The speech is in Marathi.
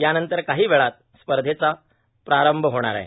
यानंतर काही वेळात स्पर्धेचा प्रारंभ होणार आहे